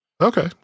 Okay